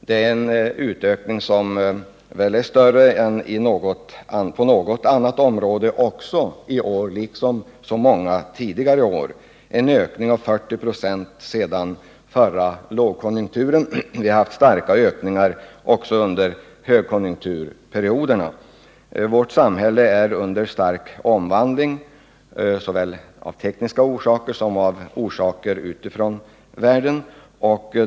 Det är en utökning som väl är större än på något annat område i år liksom så många tidigare år — en ökning med 40 96 sedan förra lågkonjunkturen. Vi har haft starka ökningar också under högkonjunkturperioden. Vårt samhälle är under stark omvandling, såväl av tekniska orsaker som av orsaker utifrån.